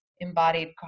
embodied